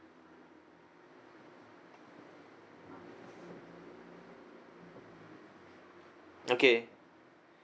okay